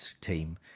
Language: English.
team